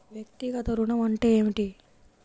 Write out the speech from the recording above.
వ్యక్తిగత ఋణం అంటే ఏమిటి?